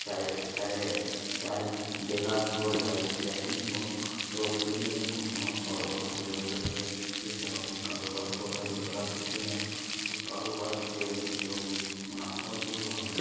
چاہے دیہات ہو یا پھر شہر ہی میں ہو تو اس کے لیے ہم کو اماؤنٹ اور اماؤنٹ کی ضرورت پڑتی ہے جس سے ہم اپنی کاروبار کو آگے بڑھا سکتے ہیں اور کاروبار سے ہم کو جو بھی منافع ہوتی ہے وہ ہم